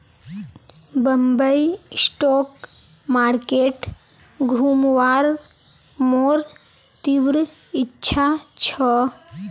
Bombay stock market घुमवार मोर तीव्र इच्छा छ